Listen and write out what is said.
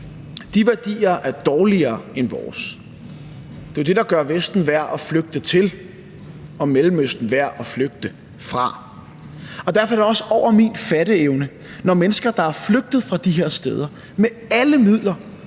De værdier er dårligere end vores – det er jo det, der gør Vesten værd at flygte til og Mellemøsten værd at flygte fra. Derfor er det også over min fatteevne, når mennesker, der er flygtet fra de her steder, med alle midler